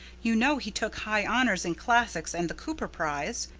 you know he took high honors in classics and the cooper prize.